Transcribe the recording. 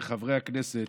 לחברי הכנסת,